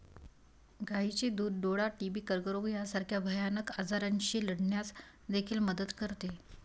गायीचे दूध डोळा, टीबी, कर्करोग यासारख्या भयानक आजारांशी लढण्यास देखील मदत करते